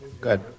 Good